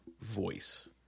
voice